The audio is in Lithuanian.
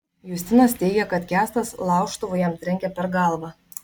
justinas teigia kad kęstas laužtuvu jam trenkė per galvą